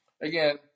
Again